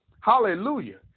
Hallelujah